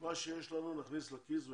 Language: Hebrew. מה שיש לנו נכניס לכיס וניקח.